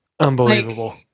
Unbelievable